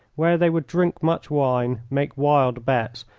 where they would drink much wine, make wild bets,